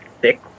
thick